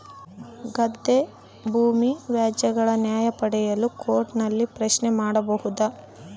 ಗದ್ದೆ ಭೂಮಿ ವ್ಯಾಜ್ಯಗಳ ನ್ಯಾಯ ಪಡೆಯಲು ಕೋರ್ಟ್ ನಲ್ಲಿ ಪ್ರಶ್ನೆ ಮಾಡಬಹುದಾ?